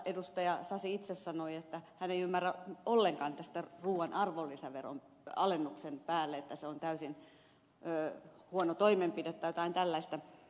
sasi itse sanoi että hän ei ymmärrä ollenkaan tämän ruuan arvonlisäveron alennuksen päälle se on täysin huono toimenpide tai jotain tällaista